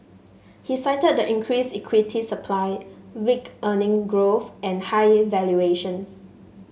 he cited the increased equity supply weak earnings growth and high valuations